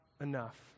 enough